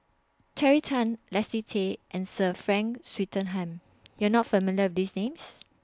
Terry Tan Leslie Tay and Sir Frank Swettenham YOU Are not familiar with These Names